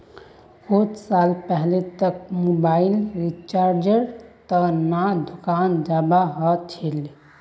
कुछु साल पहले तक मोबाइल रिचार्जेर त न दुकान जाबा ह छिले